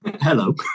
Hello